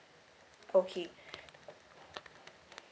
okay